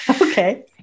okay